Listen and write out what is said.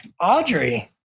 Audrey